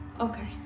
okay